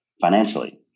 financially